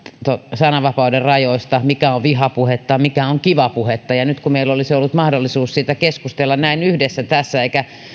sananvapauden rajoista siitä mikä on vihapuhetta ja siitä mikä on kivapuhetta ja nyt kun meillä olisi ollut mahdollisuus siitä keskustella näin yhdessä tässä eikä